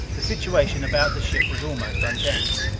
the situation about the ship was almost unchanged.